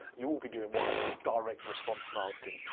you'll be doing what i call direct response marketing.